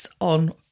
on